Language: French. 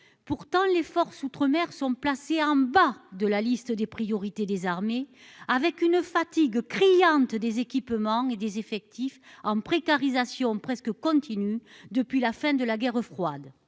pourtant les forces outre-mer sont placés en bas de la liste des priorités des armées avec une fatigue criante des équipements et des effectifs en précarisation presque continue depuis la fin de la guerre froide